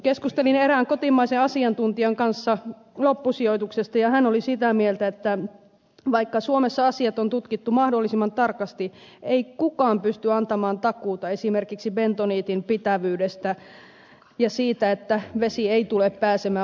keskustelin erään kotimaisen asiantuntijan kanssa loppusijoituksesta ja hän oli sitä mieltä että vaikka suomessa asiat on tutkittu mahdollisimman tarkasti ei kukaan pysty antamaan takuuta esimerkiksi bentoniitin pitävyydestä ja siitä että vesi ei tule pääsemään varastointikuiluihin